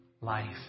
life